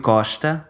Costa